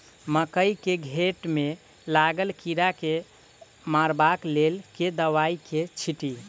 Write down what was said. मकई केँ घेँट मे लागल कीड़ा केँ मारबाक लेल केँ दवाई केँ छीटि?